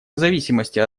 зависимости